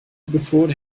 before